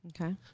Okay